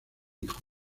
hijo